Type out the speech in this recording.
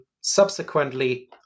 subsequently